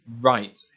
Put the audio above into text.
Right